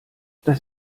das